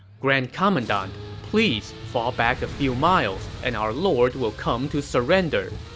grand commandant, please fall back a few miles, and our lord will come to surrender.